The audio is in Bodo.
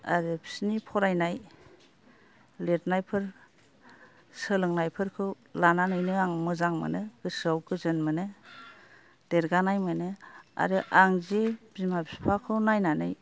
आरो बिसिनि फरायनाय लिरनायफोर सोलोंनायफोरखौ लानानैनो आं मोजां मोनो गोसोआव गोजोन मोनो देरगानाय मोनो आरो आं जे बिमा बिफाखौ नायनानै